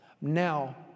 Now